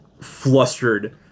flustered